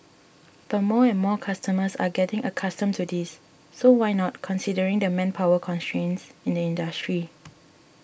but more and more customers are getting accustomed to this so why not considering the manpower constraints in the industry